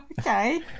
Okay